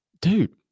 dude